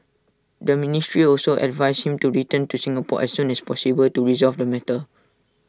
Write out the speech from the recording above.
the ministry also advised him to return to Singapore as soon as possible to resolve the matter